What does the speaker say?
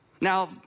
Now